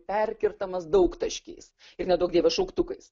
perkertamas daugtaškiais ir neduok dieve šauktukais